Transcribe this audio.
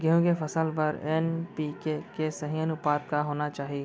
गेहूँ के फसल बर एन.पी.के के सही अनुपात का होना चाही?